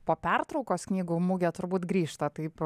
po pertraukos knygų mugė turbūt grįžta taip